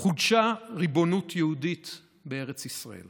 חודשה ריבונות יהודית בארץ ישראל